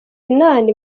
inani